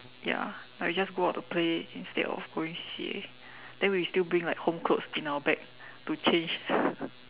ya like you just go out to play instead of going C_C_A then we still bring like home clothes in our bag to change